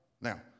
Now